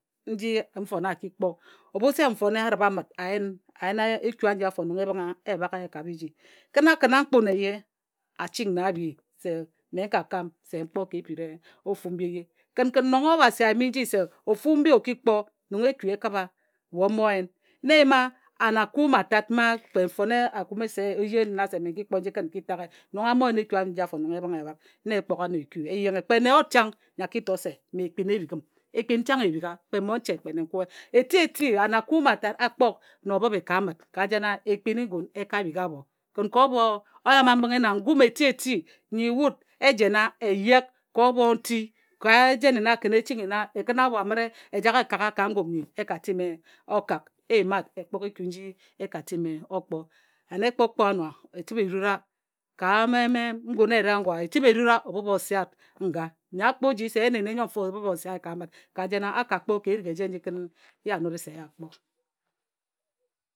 Nji nfone a ki kpo ebhu se nfoe a rǝbha amǝt a yena eku aji afo nong e bhǝngha e bhak ye ka biji kǝn a kǝna nkpun eyie a ching na abhii se mme n ka kam sen kpo ka epiri ofu mbi eye. Kǝn kǝn nong Obhasi a yimi nji se ofu mbi o ki kpo nong eku e kǝbha we o mo yen na e yima aneakue mma tat mma kpe mfone a kume nna se mme n ki kpo nji kǝn n ki toghe nong a mo yen eku aji afo nong e bhǝngha e bhak na e kpok an eku. Eyenghe kpe nne yor chang nyo a ki to se mme ekpin e bhik m. Ekpin chang e bhigha. Kpe mmonche kpe nnenkue eti-eti aneakue mma tat a kpok na obhǝhe ka amǝt ka jena ekpin-i-ngun e ka bhik abhokǝn ko obho o yama-mbǝnghe na ngum eti-eti nyi wut e jena e yek ka obho nti ka e jene nna kǝn e ching nna e kǝna abho a mǝre e jak e kaha ka ngum nyi e ka timi o kak e yima wut e kpok eku nji e kaa timi o kpo and e kpo ano e chǝra ka ngun eyere ago a e chǝbhe e rura obhǝbhe o sea wut nga. Nne a kpo ji se n yehe nne nnyo mfo obhǝbhe o sea ye ka amǝt ka jena a ka kpo ka erik eje nji ye a nore se ye a kpo.